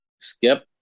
Skip